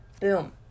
boom